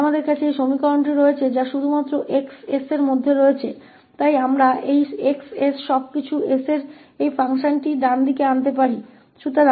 हमारे पास यह समीकरण है जो केवल 𝑋𝑠 है इसलिए हम इस 𝑋𝑠 को के इस फ़ंक्शन को दायीं ओर ला सकते हैं